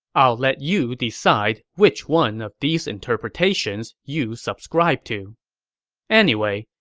i'll let you decide which one of these interpretations you subscribe to anyway,